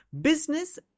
business